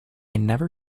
never